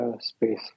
space